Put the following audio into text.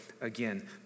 again